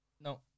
No